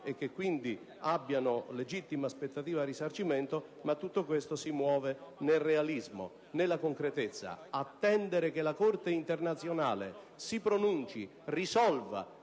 e che, quindi, abbiano legittima aspettativa al risarcimento, ma tutto questo si muove nel realismo, nella concretezza. Attendere che la Corte costituzionale si pronunci, risolva